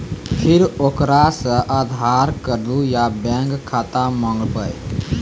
फिर ओकरा से आधार कद्दू या बैंक खाता माँगबै?